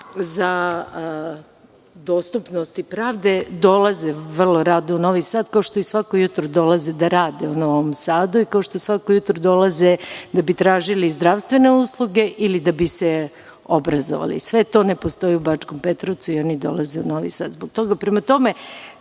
za dostupnost pravde dolaze vrlo rado u Novi Sad, kao što i svako jutro dolaze da rade u Novom Sadu i kao što svako jutro dolaze da bi tražili zdravstvene usluge ili da bi se obrazovali. Sve to ne postoji u Bačkom Petrovcu i oni dolaze u Novi Sad zbog toga. Prema tome,